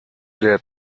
der